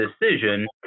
decision